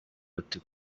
bati